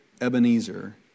Ebenezer